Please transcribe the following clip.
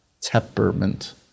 Temperament